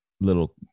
little